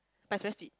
but it's very sweet